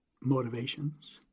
motivations